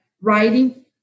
writing